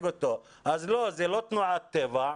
לא, זה לא תנועת טבע.